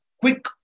quick